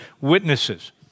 witnesses